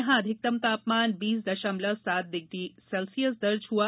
यहां अधिकतम तापमान बीस दषमलव सात डिग्री सेल्सियस दर्ज हुआ